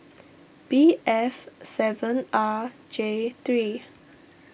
B F seven R J three